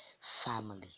family